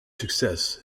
success